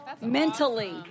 mentally